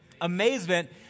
amazement